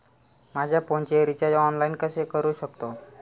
माझ्या फोनचे recharge online कसे करू शकतो?